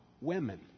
women